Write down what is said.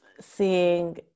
seeing